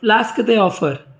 flask ते offer